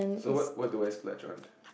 so what what do I splurge on